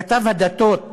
כתב הדתות,